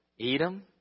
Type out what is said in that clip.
Edom